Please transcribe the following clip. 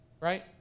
Right